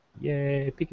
Yay